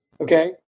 Okay